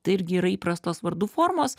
tai irgi yra įprastos vardų formos